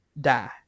die